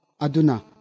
aduna